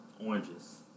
oranges